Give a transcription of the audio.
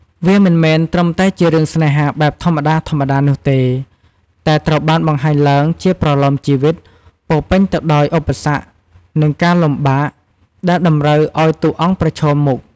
វាមិនមែនត្រឹមតែជារឿងស្នេហាបែបធម្មតាៗនោះទេ តែត្រូវបានបង្ហាញឡើងជា ប្រលោមជីវិត ពោរពេញទៅដោយឧបសគ្គ និងការលំបាក ដែលតម្រូវឱ្យតួអង្គប្រឈមមុខ។